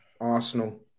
Arsenal